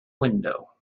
window